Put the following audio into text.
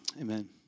Amen